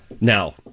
Now